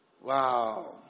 Wow